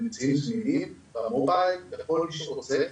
הם נמצאים זמינים במובייל לכל מי שרוצה,